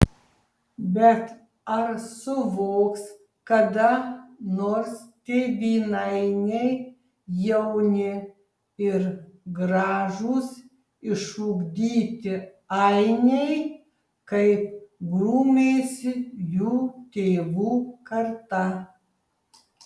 bet ar suvoks kada nors tėvynainiai jauni ir gražūs išugdyti ainiai kaip grūmėsi jų tėvų karta